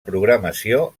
programació